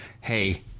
hey